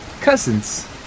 cousins